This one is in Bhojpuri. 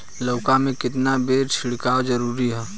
लउका में केतना बेर छिड़काव जरूरी ह?